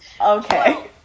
Okay